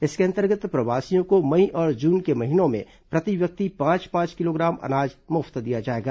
इसके अंतर्गत प्रवासियों को मई और जून के महीनों में प्रति व्यक्ति पांच पांच किलोग्राम अनाज मुफ्त दिया जाएगा